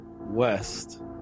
West